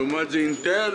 לעומת זה אינטל,